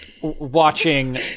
watching